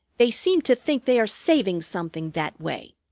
they seem to think they are saving something, that way.